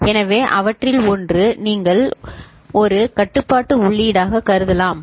எனவே அவற்றில் ஒன்று நீங்கள் ஒரு கட்டுப்பாட்டு உள்ளீடாகக் கருதலாம் B